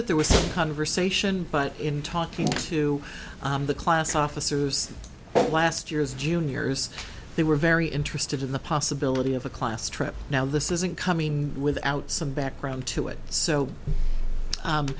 it there was conversation but in talking to the class officers at last year's juniors they were very interested in the possibility of a class trip now this isn't coming without some background to it so